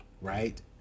right